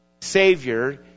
Savior